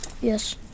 Yes